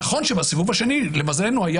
נכון שבסיבוב השני היה דוד,